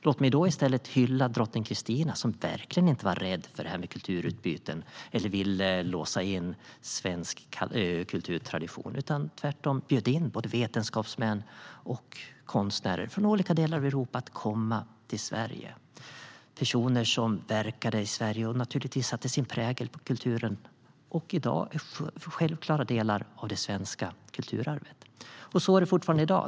Låt mig i stället hylla drottning Kristina, som verkligen inte var rädd för kulturutbyten eller ville låsa in svensk kulturtradition. Tvärtom bjöd hon in vetenskapsmän och konstnärer från olika delar av Europa att komma till Sverige. Det var personer som verkade i Sverige och naturligtvis satte sin prägel på kulturen. I dag är de självklara delar av det svenska kulturarvet. Så är det fortfarande i dag.